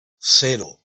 cero